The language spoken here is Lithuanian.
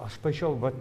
aš paišiau vat